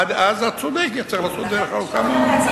עד אז, את צודקת, צריך לעשות דרך ארוכה מאוד.